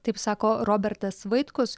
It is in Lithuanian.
taip sako robertas vaitkus